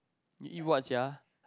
you eat what sia